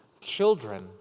children